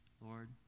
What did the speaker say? Lord